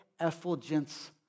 effulgence